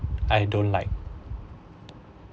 I don't like